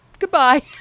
Goodbye